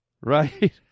right